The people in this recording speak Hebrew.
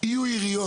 יהיו עיריות,